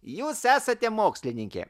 jūs esate mokslininkė